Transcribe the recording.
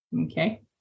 Okay